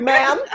Ma'am